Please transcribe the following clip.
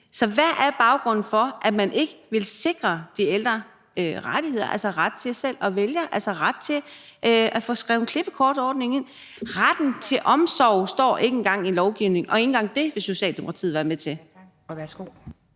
Så hvad er baggrunden for, at man ikke vil sikre de ældre rettigheder, altså ret til selv at vælge og ret til at få skrevet klippekortordningen ind? Retten til omsorg står ikke engang i lovgivningen, og ikke engang det vil Socialdemokratiet være med til.